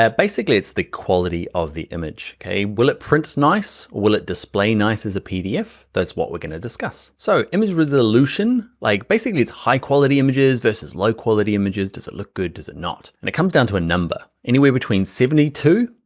ah basically it's the quality of the image. okay, will it print nice or will it display nice as a pdf? that's what we're gonna discuss. so image resolution, like basically, it's high quality images versus low quality images. does it look good, does it not? and it comes down to a number, anywhere between seventy two